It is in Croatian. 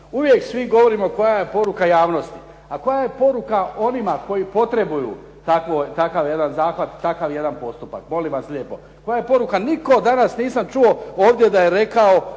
Uvijek svi govorimo koja je poruka javnosti. A koja je poruka onima koji potrebuju takav jedan zahvat, takav jedan postupak, molim vas lijepo. Nikoga danas nisam čuo ovdje da je rekao